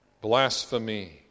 blasphemy